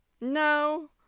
No